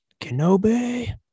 Kenobi